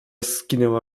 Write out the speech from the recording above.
skinęła